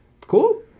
cool